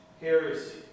heresy